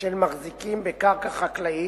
של מחזיקים בקרקע חקלאית,